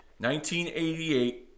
1988